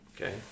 okay